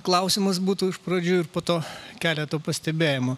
klausimas būtų iš pradžių ir po to keletą pastebėjimų